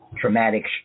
Traumatic